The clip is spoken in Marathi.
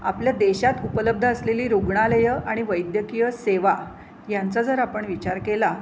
आपल्या देशात उपलब्ध असलेली रुग्णालयं आणि वैद्यकीय सेवा यांचा जर आपण विचार केला